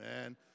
man